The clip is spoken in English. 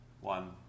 one